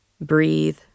breathe